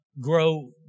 grow